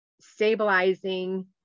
stabilizing